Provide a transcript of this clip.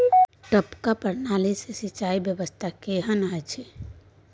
टपक प्रणाली से सिंचाई व्यवस्था केहन अछि?